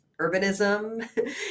urbanism